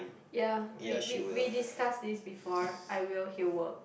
ya we we we discuss this before I will he work